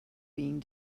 being